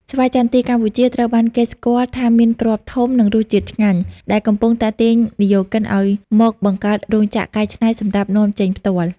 ស្វាយចន្ទីកម្ពុជាត្រូវបានគេស្គាល់ថាមានគ្រាប់ធំ និងរសជាតិឆ្ងាញ់ ដែលកំពុងទាក់ទាញវិនិយោគិនឱ្យមកបង្កើតរោងចក្រកែច្នៃសម្រាប់នាំចេញផ្ទាល់។